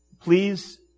please